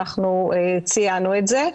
אנחנו ציינו את זה,